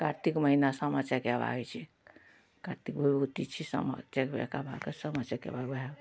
कातिक महिना सामा चकेबा होइ छै कातिक भगवती छिए सामा चकबै सामा चकेबा वएह